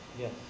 Yes